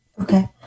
Okay